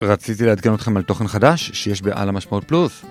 רציתי לעדכן אתכם על תוכן חדש שיש בעל המשמעות פלוס